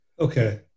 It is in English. Okay